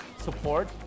support